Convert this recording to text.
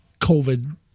COVID